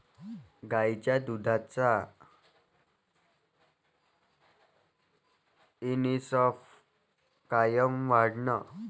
गायीच्या दुधाचा एस.एन.एफ कायनं वाढन?